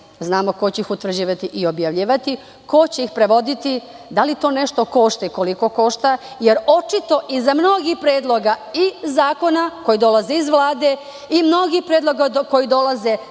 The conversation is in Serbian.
znamo ko će ih utvrđivati i objavljivati, ko će ih prevodi, da li to nešto košta i koliko košta, jer očito iza mnogih predloga i zakona, koji dolaze iz Vlade i mnogih predlog koji dolaze sa strane,